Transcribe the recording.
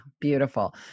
beautiful